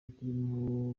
turimo